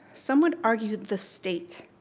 some would argue the state,